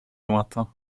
lointain